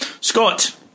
Scott